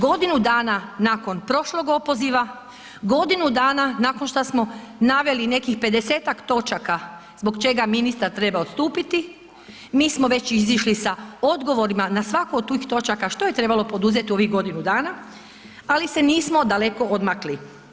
Godinu dana nakon prošlog opoziva, godinu dana nakon šta smo naveli nekih 50-ak točaka zbog čega ministar treba odstupiti, mi smo već izišli sa odgovorima na svaku od tih točaka što je trebalo poduzeti u ovih godinu dana, ali se nismo daleko odmakli.